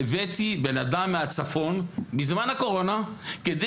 הבאתי בן אדם מהצפון בזמן הקורונה כדי